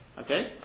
Okay